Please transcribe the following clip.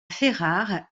ferrare